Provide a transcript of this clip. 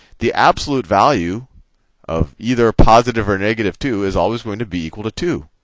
the absolute value of either positive or negative two is always going to be equal to two.